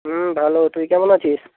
হুম ভালো তুই কেমন আছিস